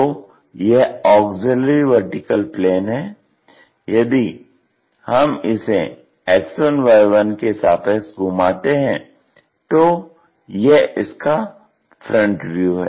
तो यह AVP है यदि हम इसे X1Y1 के सापेक्ष घुमाते हैं तो यह इसका फ्रंट व्यू है